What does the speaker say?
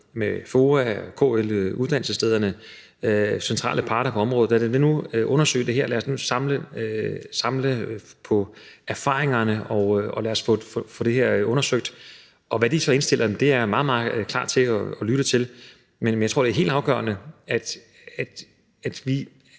med FOA og KL og uddannelsesstederne, centrale parter på området, undersøge det her. Lad os nu samle erfaringerne, og lad os få det her undersøgt. Hvad de så indstiller, er jeg meget, meget klar til at lytte til, men jeg tror, det er helt afgørende, at vi